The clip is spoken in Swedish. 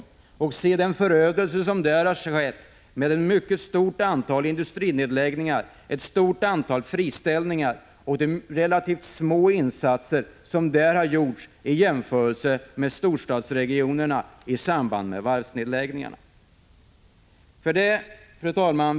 Jag har då sett den förödelse som där har skett, med ett mycket stort antal industrinedläggningar, ett stort antal friställningar och relativt små insatser, jämförda med insatserna i storstadsregionerna i samband med varvsnedläggningar. Fru talman!